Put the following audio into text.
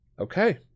Okay